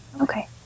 Okay